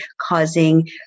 causing